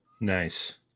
Nice